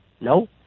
No